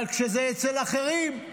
אבל כשזה אצל אחרים,